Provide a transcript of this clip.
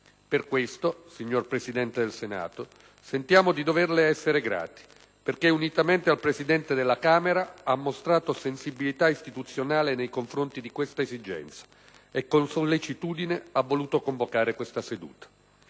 Per questo, signor Presidente del Senato, sentiamo di doverle essere grati perché, unitamente al Presidente della Camera, ha mostrato sensibilità istituzionale nei confronti di questa esigenza e con sollecitudine ha voluto convocare questa seduta.